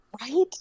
Right